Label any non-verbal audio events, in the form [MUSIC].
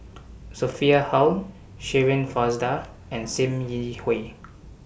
[NOISE] Sophia Hull Shirin Fozdar and SIM Yi Hui